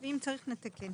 אם צריך, נתקן.